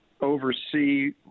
oversee